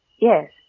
Yes